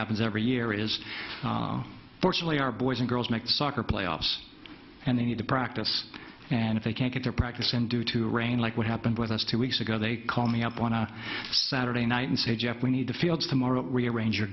happens every year is fortunately our boys and girls make soccer playoffs and they need to practice and if they can't get their practice and due to rain like what happened with us two weeks ago they call me up on a saturday night and say jeff we need the fields tomorrow to rearrange your